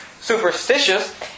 superstitious